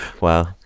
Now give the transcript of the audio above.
Wow